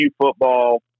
football